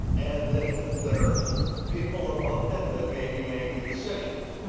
and, then, there people above them that may be making decisions.